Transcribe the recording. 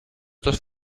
dos